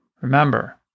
Remember